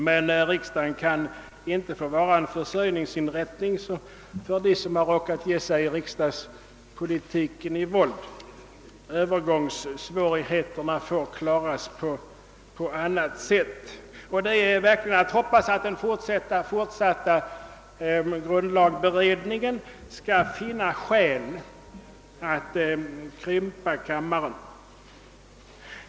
Men riksdagen kan inte få vara en försörjningsinrättning för dem som råkat ge sig riksdagspolitiken i våld. Övergångssvårigheterna får klaras på annat sätt. Det är verkligen att hoppas att den fortsatta grundlagberedningen skall finna skäl att krympa kammaren.